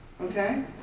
Okay